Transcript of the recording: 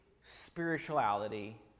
spirituality